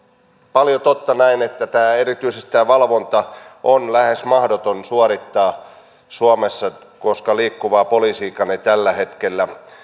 paljon totta että erityisesti tämä valvonta on lähes mahdoton suorittaa suomessa koska liikkuvaa poliisiakaan ei tällä hetkellä